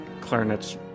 clarinets